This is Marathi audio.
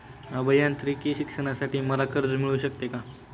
अभियांत्रिकी शिक्षणासाठी मला कर्ज मिळू शकते का?